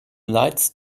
lights